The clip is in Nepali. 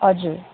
हजुर